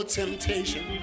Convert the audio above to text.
temptation